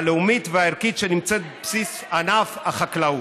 הלאומית והערכית שנמצאת בבסיס ענף החקלאות.